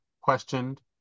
questioned